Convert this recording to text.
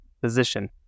position